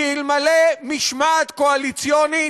כי אלמלא המשמעת הקואליציונית,